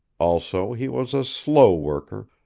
also, he was a slow worker,